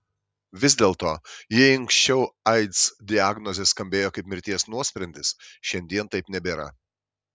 vis dėlto jei anksčiau aids diagnozė skambėjo kaip mirties nuosprendis šiandien taip nebėra